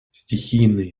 стихийные